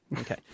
Okay